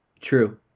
True